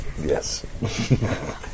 Yes